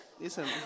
Listen